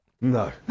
No